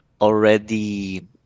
already